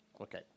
Okay